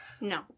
No